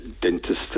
dentist